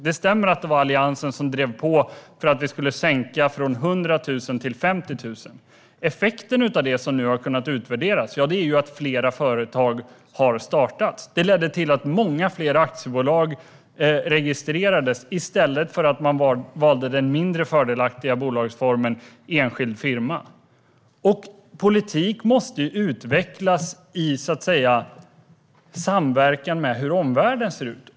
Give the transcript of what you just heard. Det stämmer att det var Alliansen som drev på för att vi skulle sänka från 100 000 till 50 000. Effekten, som nu har kunnat utvärderas, är att fler företag har startats - det ledde till att många fler aktiebolag registrerades, i stället för att man valde den mindre fördelaktiga bolagsformen enskild firma. Politik måste utvecklas i samverkan med hur omvärlden ser ut.